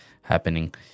happening